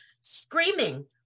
screaming